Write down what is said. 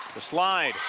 the slide